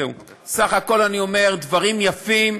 בסך הכול, אני אומר, דברים יפים,